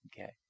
Okay